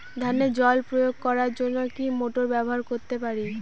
ধানে জল প্রয়োগ করার জন্য কি মোটর ব্যবহার করতে পারি?